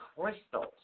crystals